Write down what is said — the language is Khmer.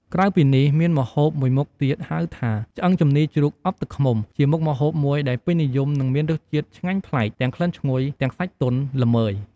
ក្រៅពីនេះមានម្ហូបមួយមុខទៀតហៅថា ឆ្អឹងជំនីជ្រូកអប់ទឹកឃ្មុំ ជាមុខម្ហូបមួយដែលពេញនិយមនិងមានរសជាតិឆ្ងាញ់ប្លែក ទាំងក្លិនឈ្ងុយ ទាំងសាច់ទន់ល្មើយ។